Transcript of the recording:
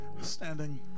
standing